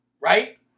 Right